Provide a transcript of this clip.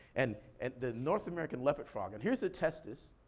and and the north american leopard frog. and here's the testes.